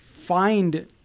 find